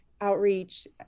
outreach